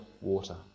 water